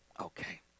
Okay